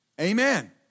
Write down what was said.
Amen